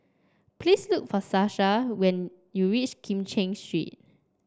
please look for Sasha when you reach Kim Cheng Street